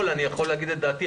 ואם היא הולכת איתנו בעניין הזה.